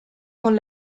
con